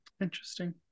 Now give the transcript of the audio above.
interesting